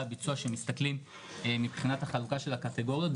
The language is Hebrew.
הביצוע כשמסתכלים מבחינת החלוקה של הקטגוריות.